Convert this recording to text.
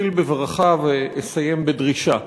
אתחיל בברכה ואסיים בדרישה.